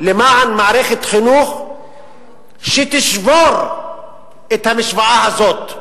למען מערכת חינוך שתשבור את המשוואה הזאת,